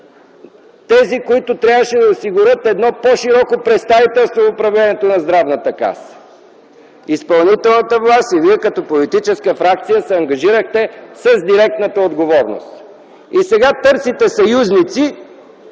тези, които трябваше да осигурят едно по-широко представителство в управлението на Здравната каса. Изпълнителната власт, и вие като политическа фракция се ангажирахте с директната отговорност и сега търсите съюзници,